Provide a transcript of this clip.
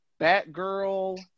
Batgirl